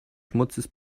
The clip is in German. schmutzes